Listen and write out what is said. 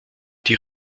die